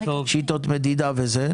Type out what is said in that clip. שיטות מדידה וכו',